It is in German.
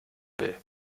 will